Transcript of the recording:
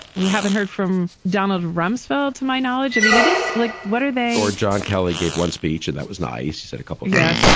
we haven't heard from donald rumsfeld, to my knowledge i mean, it is like, what are they or john kelly gave one speech and that was nice. you said a couple of. yes, but